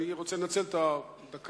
אני רוצה לנצל את הדקה,